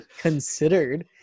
considered